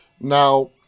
Now